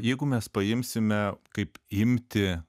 jeigu mes paimsime kaip imtį